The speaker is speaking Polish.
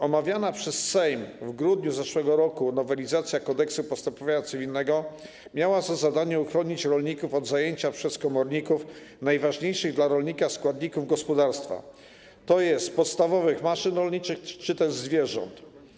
Omawiana przez Sejm w grudniu zeszłego roku nowelizacja Kodeksu postępowania cywilnego miała za zadanie uchronić rolników od zajęcia przez komorników najważniejszych dla rolnika składników gospodarstwa, czyli podstawowych maszyn rolniczych czy też zwierząt.